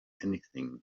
anything